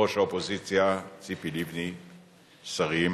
ראש האופוזיציה ציפי לבני, שרים,